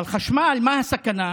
אבל חשמל, מה הסכנה?